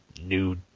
new